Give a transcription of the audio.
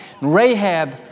Rahab